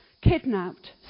kidnapped